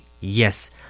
yes